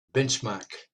benchmark